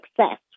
success